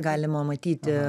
galima matyti